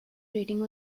ratings